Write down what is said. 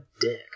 dick